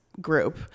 group